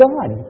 God